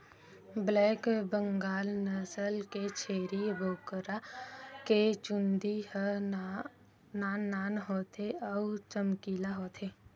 black Bengal नसल के छेरी बोकरा के चूंदी ह नान नान होथे अउ चमकीला होथे